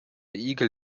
igel